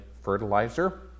fertilizer